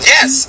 Yes